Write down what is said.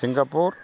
Singapore